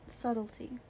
subtlety